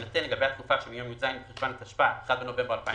יינתן לגבי התקופה שמיום י"ז בחשוון התשפ"א (1 בנובמבר 2020)